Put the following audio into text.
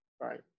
right